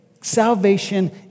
salvation